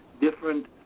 different